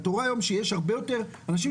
ואתה רואה היום שיש הרבה יותר אנשים